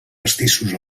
mestissos